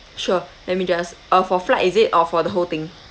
sure let me just uh for flight is it or for the whole thing